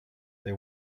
they